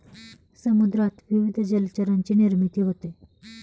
समुद्रात विविध जलचरांची निर्मिती होते